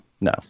no